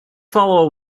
follow